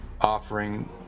offering